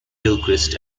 gilchrist